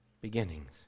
beginnings